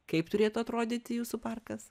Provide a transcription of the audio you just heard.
kaip turėtų atrodyti jūsų parkas